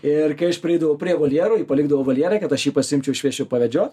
ir kai aš prieidavau prie voljero jį palikdavo voljere kad aš jį pasiimčiau ir išvesčiau pavedžiot